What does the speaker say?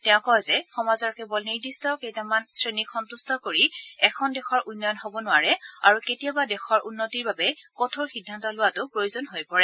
তেওঁ কয় যে সমাজৰ কেৱল নিৰ্দিষ্ট কেইটমান শ্ৰেণীক সস্তেষ কৰি এখন দেশৰ উন্নয়ন হ'ব নোৱাৰে আৰু কেতিয়াবা দেশৰ উন্নতিৰ হকে কঠোৰ সিদ্ধান্ত লোৱাটো প্ৰয়োজন হৈ পৰে